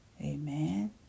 Amen